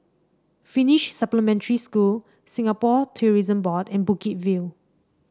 Finnish Supplementary School Singapore Tourism Board and Bukit View